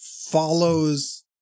follows